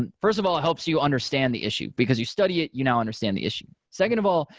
and first of all it helps you understand the issue, because you study it, you now understand the issue. second of all,